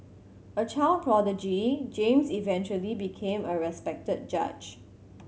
a child prodigy James eventually became a respected judge